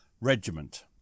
regiment